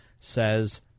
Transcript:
says